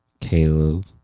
Caleb